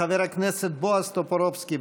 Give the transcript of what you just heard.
חבר הכנסת בועז טופורובסקי,